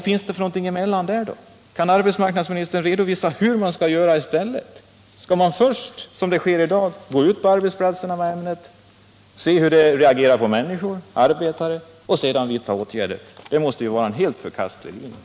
Eller kan arbetsmarknadsministern tala om hur man skall göra i stället? Skall man, som sker i dag, gå ut på arbetsplatserna med ämnet och se hur arbetarna reagerar för det, och först därefter vidta åtgärder? Det måste ju vara en helt förkastlig linje!